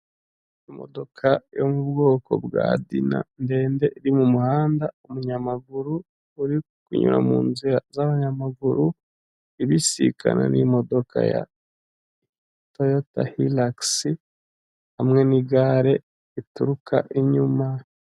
Imodoka yo mu bwoko bwa dina ndende, iri mu muhanda, umunyamaguru uri kunyura mu nzira z'abanyamaguru ibisikana n'imodoka ya toyota hiragisi hamwe n'igare rituruka inyuma.